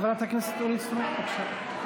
חברת הכנסת אורית סטרוק, בבקשה.